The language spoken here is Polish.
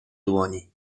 dłoni